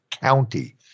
county